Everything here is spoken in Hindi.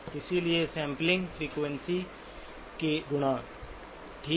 इसलिए सैंपलिंग फ्रीक्वेंसी के गुणक ठीक है